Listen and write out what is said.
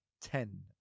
Ten